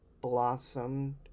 blossomed